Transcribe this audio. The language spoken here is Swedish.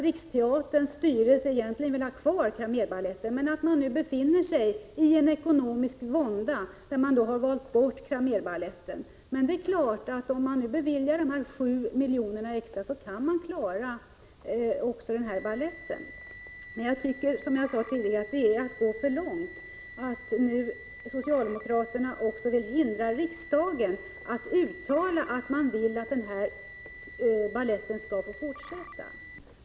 Riksteaterns styrelse vill egentligen ha kvar Cramérbaletten, men man befinner sig i en ekonomisk vånda och har då måst välja bort Cramérbaletten. Men om vi beviljar dessa 7 milj.kr. extra kan Riksteatern klara även denna balett. Som jag sade tidigare tycker jag att det är att gå ett steg för långt när socialdemokraterna nu vill hindra riksdagen att uttala att den vill att denna balett skall få fortsätta.